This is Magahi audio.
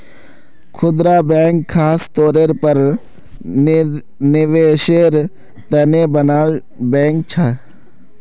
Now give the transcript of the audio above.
खुदरा बैंक ख़ास तौरेर पर निवेसेर तने बनाल बैंक छे